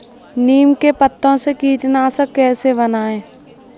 नीम के पत्तों से कीटनाशक कैसे बनाएँ?